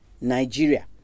Nigeria